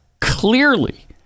clearly